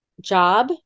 job